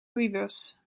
rivers